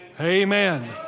Amen